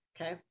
Okay